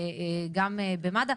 גם במד"א,